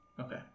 Okay